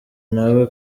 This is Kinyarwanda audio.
nawe